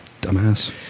Dumbass